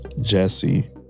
Jesse